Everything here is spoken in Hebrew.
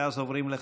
ואז עוברים לחקיקה.